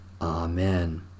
Amen